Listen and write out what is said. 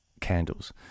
Candles